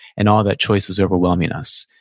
and all that choice is overwhelming us.